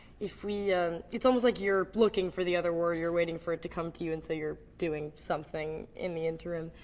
if we it's almost like you're looking for the other word, you're waiting for it to come to you and so you're doing something in the interim.